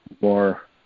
more